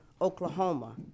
Oklahoma